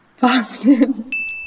Boston